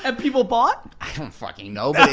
and people bought? i don't fucking know. but